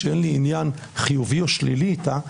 שאין לי עניין חיובי או שלילי איתה,